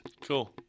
Cool